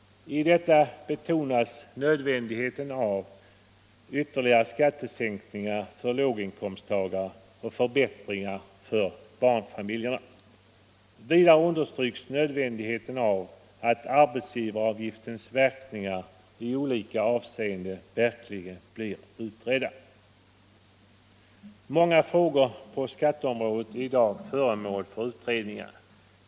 I detta betonas nödvändigheten av ytterligare skattesänkningar för låginkomsttagare och förbättringar för barnfamiljerna. Vidare understryks nödvändigheten av att arbetsgivaravgiftens verkningar i olika avseenden blir utredda. Många frågor på skatteområdet är i dag föremål för utredningar.